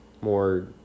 more